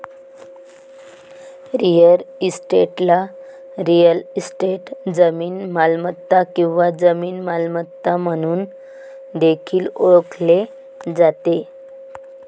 real इस्टेटला real estate, जमीन मालमत्ता किंवा जमीन मालमत्ता म्हणून देखील ओळखले जाते